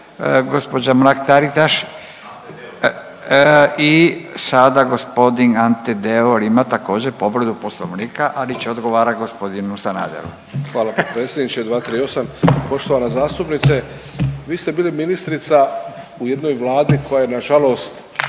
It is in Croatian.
gospođa Mrak Taritaš. I sada g. Ante Deur ima također povredu poslovnika, ali će odgovarati g. Sanaderu. **Deur, Ante (HDZ)** Hvala potpredsjedniče. 238., poštovana zastupnice vi ste bili ministrica u jednoj vladi koja nažalost